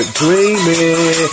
dreaming